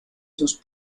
sus